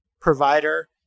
provider